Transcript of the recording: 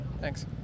Thanks